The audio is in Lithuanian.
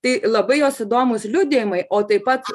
tai labai jos įdomūs liudijimai o taip pat